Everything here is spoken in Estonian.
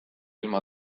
ilma